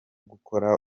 gukora